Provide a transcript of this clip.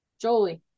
Jolie